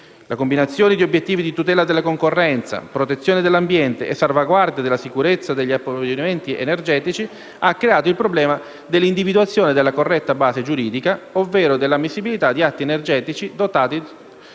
La combinazione di obiettivi di tutela della concorrenza, protezione dell'ambiente e salvaguardia della sicurezza degli approvvigionamenti energetici, ha creato il problema dell'individuazione della corretta base giuridica, ovvero dell'ammissibilità di atti energetici adottati